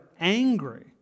angry